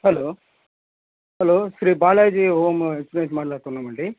hello hello Shri Balaji home నుంచి మాట్లాడుతున్నాం అండి